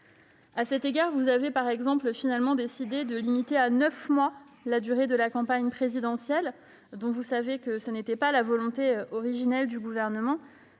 À cet égard, vous avez finalement décidé de limiter à neuf mois la durée de la campagne présidentielle- vous le savez, ce n'était pas la volonté originelle du Gouvernement.